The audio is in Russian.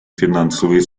финансовые